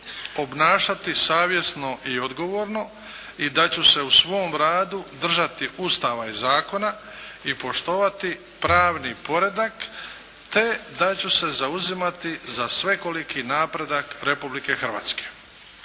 obnašati savjesno i odgovorno, i da ću se u svom radu držati Ustava i zakona i poštovati pravni poredak te da ću se zauzimati za svekoliki napredak Republike Hrvatske."